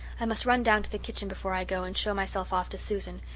i must run down to the kitchen before i go and show myself off to susan.